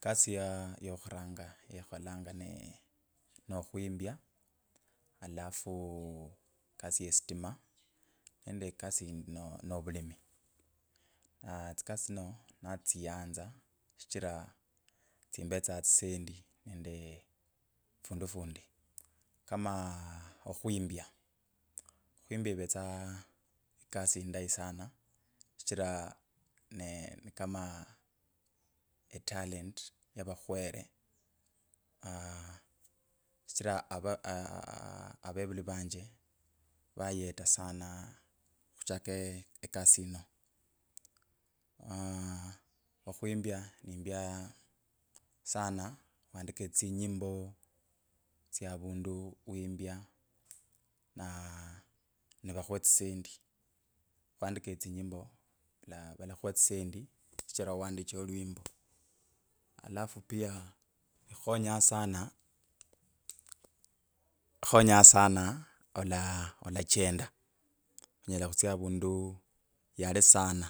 Kazi ya yo khuranga yekholanga nee nokhwimbya alafu kasi ye stima nende kasi yindi no- novulimi, tsikasi tsino natsiyanza shichira tsimbetsa tsisendi nende fundu flani kama okhwimbya, okhwimbya ivetsa kasi indayi sana shichira ne ni kama etalent yavakhwere aaah shichira ava a ave avevuli vanje vayeta sana khuchaka ekasi ino aaah okhwimbya nimbya na aa ni valakhuwa tsisendi khuandika tsinyimbo va- va valakhuwa tsisendi shichira wandiche olwimbo. Alafu pia ikhonya sana ola olachenda onyela khutsya avundu yale sana.